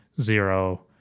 Zero